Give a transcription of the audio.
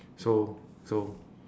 so so